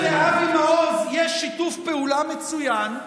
הוא אמר: לי ולאבי מעוז יש שיתוף פעולה מצוין,